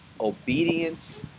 obedience